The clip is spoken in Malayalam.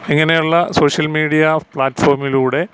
ഇങ്ങനെയുള്ള സോഷ്യൽ മീഡിയ പ്ലാറ്റ്ഫോമിലൂടെ